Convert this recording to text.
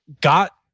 got